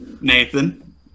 nathan